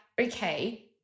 okay